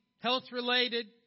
health-related